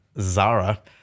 Zara